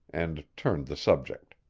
and turned the subject.